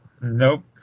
Nope